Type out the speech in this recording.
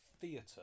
theatre